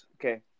okay